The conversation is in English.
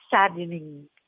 saddening